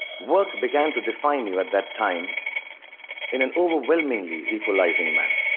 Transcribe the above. work began to define you at that time in an overwhelmingly equalizing manner,